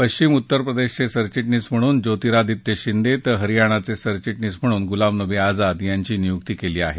पश्चिम उत्तरप्रदेशाचे सरचिटणीस म्हणून ज्योतिरादित्य शिंदे तर हरियाणाचे सरचिटणीस म्हणून गुलाम नबी आझाद यांची नियुक्ती केली आहे